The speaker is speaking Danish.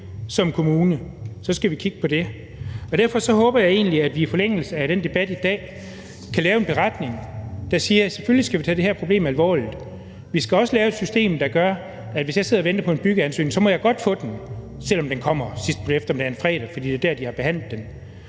som kommune, skal vi kigge på det. Derfor håber jeg egentlig, at vi i forlængelse af debatten i dag kan lave en beretning, der siger, at selvfølgelig skal vi tage det her problem alvorligt, og at vi også skal lave et system, der gør, at hvis jeg sidder og venter på en byggeansøgning, må jeg godt få den, selv om den kommer sidst på eftermiddagen fredag, fordi det er der, den er blevet